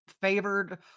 favored